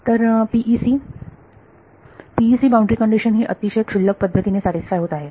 तर PEC PEC boundary condition ही अतिशय क्षुल्लक पद्धतीने सॅटिस्फाय होत आहे